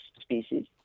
species